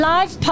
Live